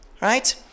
Right